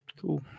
Cool